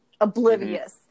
oblivious